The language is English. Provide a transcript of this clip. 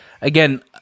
again